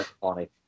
funny